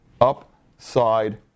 upside